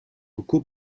coco